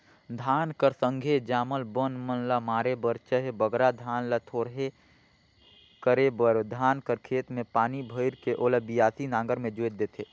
धान कर संघे जामल बन मन ल मारे बर चहे बगरा धान ल थोरहे करे बर धान कर खेत मे पानी भइर के ओला बियासी नांगर मे जोएत देथे